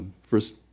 First